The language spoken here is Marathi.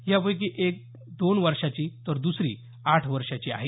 यापैकी एक दोन वर्षाची तर दसरी आठ वर्षाची आहे